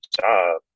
job